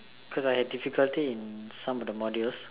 cause I have difficulties in some of the modules